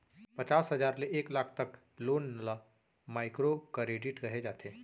पचास हजार ले एक लाख तक लोन ल माइक्रो करेडिट कहे जाथे